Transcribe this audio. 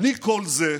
בלי כל זה,